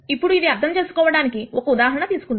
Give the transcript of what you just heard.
ఇప్పుడు ఇది అర్థం చేసుకోవడానికి ఒక ఉదాహరణ తీసుకుందాం